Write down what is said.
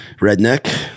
redneck